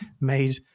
made